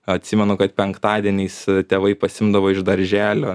atsimenu kad penktadieniais tėvai pasiimdavo iš darželio